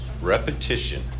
repetition